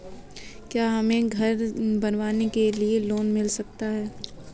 क्या हमें घर बनवाने के लिए लोन मिल सकता है?